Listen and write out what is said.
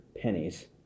pennies